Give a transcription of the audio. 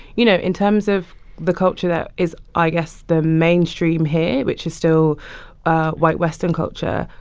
you know, in terms of the culture that is, i guess, the mainstream here, which is still white western culture,